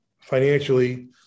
financially